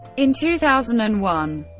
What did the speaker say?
in two thousand and one,